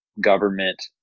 government